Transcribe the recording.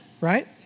right